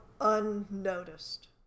unnoticed